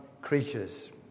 creatures